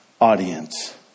audience